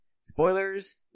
Spoilers